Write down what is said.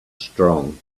strong